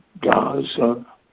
Gaza